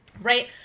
right